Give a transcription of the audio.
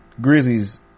Grizzlies